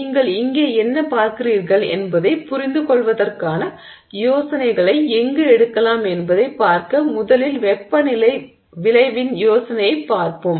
நீங்கள் இங்கே என்ன பார்க்கிறீர்கள் என்பதைப் புரிந்துகொள்வதற்கான யோசனைகளை எங்கு எடுக்கலாம் என்பதை பார்க்க முதலில் வெப்பநிலை விளைவின் யோசனையைப் பார்ப்போம்